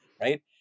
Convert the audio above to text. right